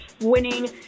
winning